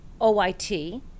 OIT